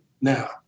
now